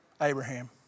Abraham